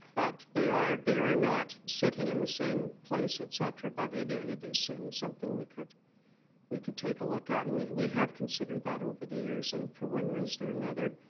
but they are they are not sitting in the same place, et cetera, but it it is certainly something we could we could take a look at and we we have considered that over the and for one reason or another,